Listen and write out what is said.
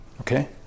okay